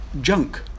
junk